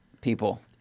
People